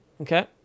Okay